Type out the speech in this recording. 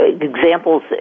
examples